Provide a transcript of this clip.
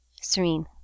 serene